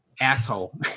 asshole